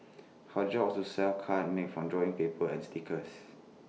her job was to sell cards made from drawing paper and stickers